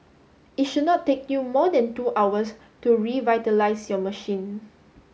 it should not take you more than two hours to revitalise your machine